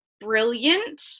brilliant